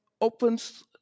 opens